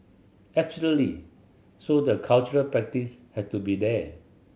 absolutely so the cultural practice has to be there